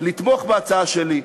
לתמוך בהצעה שלי.